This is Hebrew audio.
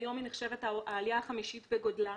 היום היא נחשבת העלייה החמישית בגודלה.